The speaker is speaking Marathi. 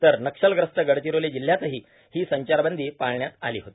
तर नक्षलग्रस्त गडचिरोली जिल्ह्यातही संचारबंदी पळण्यात आली होती